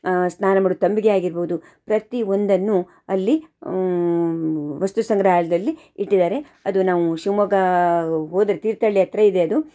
ಸ್ನಾನ ಮಾಡೋ ತಂಬಿಗೆ ಆಗಿರಬಹ್ದು ಪ್ರತಿ ಒಂದನ್ನು ಅಲ್ಲಿ ವಸ್ತು ಸಂಗ್ರಹಾಲಯದಲ್ಲಿ ಇಟ್ಟಿದ್ದಾರೆ ಅದು ನಾವು ಶಿವಮೊಗ್ಗ ಹೋದರೆ ತೀರ್ಥಹಳ್ಳಿ ಹತ್ತಿರ ಇದೆ ಅದು